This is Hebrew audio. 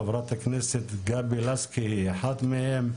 חברת הכנסת גבי לסקי היא אחת מהן.